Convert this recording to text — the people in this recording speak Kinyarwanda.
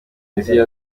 biri